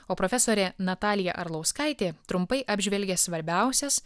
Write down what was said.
o profesorė natalija arlauskaitė trumpai apžvelgia svarbiausias